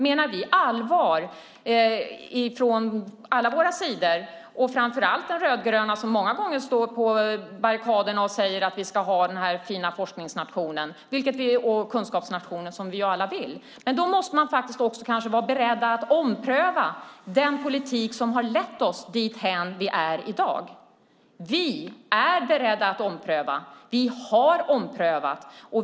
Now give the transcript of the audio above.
Menar vi allvar från alla våra sidor, och framför allt från den rödgröna sidan som många gånger står på barrikaden och säger att vi ska ha den fina forsknings och kunskapsnation som vi alla vill ha, måste vi också vara beredda att ompröva den politik som lett oss dithän vi är i dag. Vi är beredda att ompröva och har omprövat.